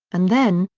and then,